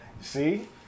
see